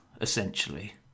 essentially